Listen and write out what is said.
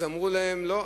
אמרו להן: לא,